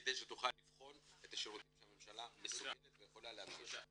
כדי שתוכל לבחון את השירותים שהממשלה מסוגלת ותוכל להנגיש.